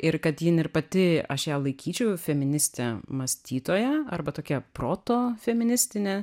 ir kad jin ir pati aš ją laikyčiau feministe mąstytoja arba tokia proto feministine